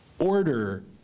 order